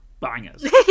bangers